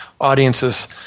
audiences